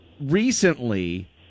recently